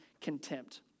contempt